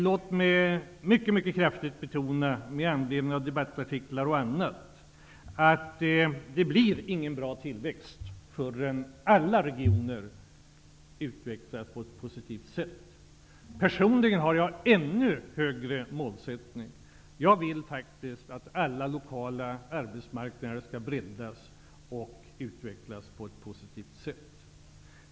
Jag vill mycket kraftigt betona, med anledning av debattartiklar och annat, att det inte blir någon bra tillväxt förrän alla regioner utvecklas på ett positivt sätt. Personligen har jag en ännu högre målsättning. Jag vill att alla lokala arbetsmarknader skall breddas och utvecklas på ett positivt sätt.